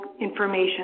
information